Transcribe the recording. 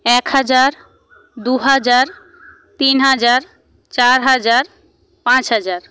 এক হাজার দু হাজার তিন হাজার চার হাজার পাঁচ হাজার